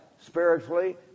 spiritually